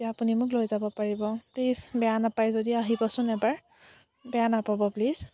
তেতিয়া আপুনি মোক লৈ যাব পাৰিব প্লিজ বেয়া নাপায় যদি আহিবচোন এবাৰ বেয়া নাপাব প্লিজ